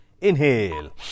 inhale